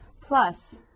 Plus